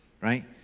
right